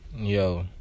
Yo